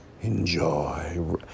Enjoy